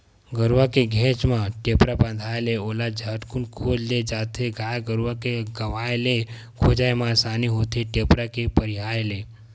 गरुवा के घेंच म टेपरा बंधाय ले ओला झटकून खोज ले जाथे गाय गरुवा के गवाय ले खोजब म असानी होथे टेपरा के पहिराय ले